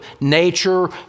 nature